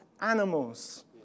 animals